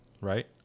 right